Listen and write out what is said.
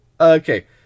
Okay